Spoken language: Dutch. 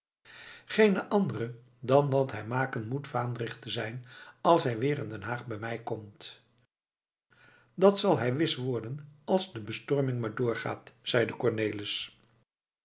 geene andere dan dat hij maken moet vaandrig te zijn als hij weer in den haag bij mij komt dat zal hij wis worden als de bestorming maar doorgaat zeide cornelis